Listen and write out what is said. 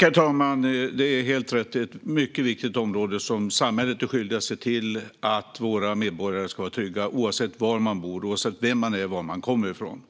Herr talman! Det är helt rätt. Det är ett mycket viktigt område. Samhället är skyldigt att se till att våra medborgare ska vara trygga, oavsett var man bor, oavsett vem man är och oavsett var man kommer från.